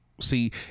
See